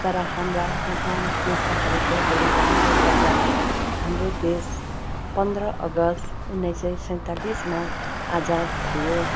तर हाम्रा महान् योद्धाहरूको बलिदानले गर्दा हाम्रो देश पन्ध्र अगस्त उन्नाइस सय सैँतालिसमा आजात भयो